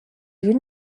you